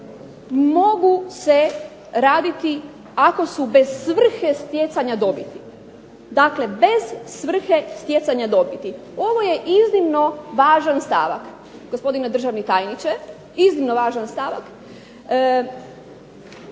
mogu se raditi ako su bez svrhe stjecanja dobiti. Ovo je iznimno važan stavak. Gospodine državni tajniče iznimno važan stavak,